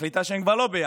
מחליטה שהם כבר לא ביחד,